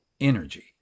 energy